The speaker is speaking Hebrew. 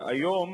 והיום,